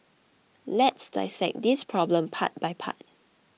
let's dissect this problem part by part